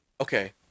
okay